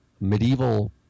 medieval